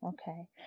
Okay